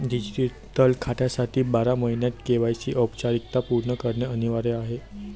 digital खात्यासाठी बारा महिन्यांत के.वाय.सी औपचारिकता पूर्ण करणे अनिवार्य आहे